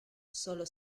solo